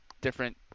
different